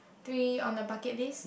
three on the bucket list